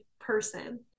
person